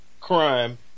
crime